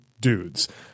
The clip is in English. dudes